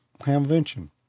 Hamvention